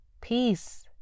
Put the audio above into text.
peace